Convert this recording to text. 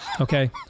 Okay